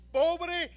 pobre